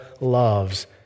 loves